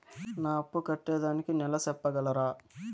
నా అప్పు కట్టేదానికి నెల సెప్పగలరా?